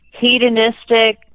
hedonistic